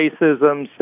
racism